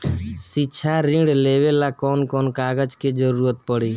शिक्षा ऋण लेवेला कौन कौन कागज के जरुरत पड़ी?